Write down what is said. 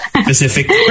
specific